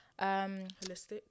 Holistic